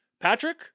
Patrick